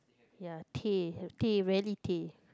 ya teh teh rather teh